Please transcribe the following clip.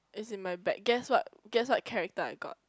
it's in my bag guess what guess what character I got